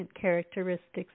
characteristics